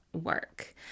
work